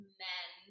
men